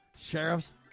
sheriff's